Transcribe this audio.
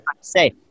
say